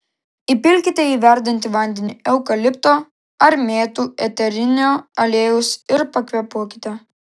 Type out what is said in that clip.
įpilkite į verdantį vandenį eukalipto ar mėtų eterinio aliejaus ir pakvėpuokite